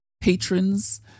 patrons